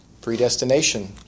Predestination